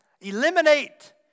Eliminate